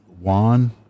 Juan